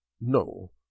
No